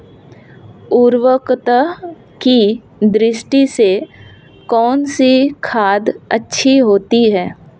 उर्वरकता की दृष्टि से कौनसी खाद अच्छी होती है?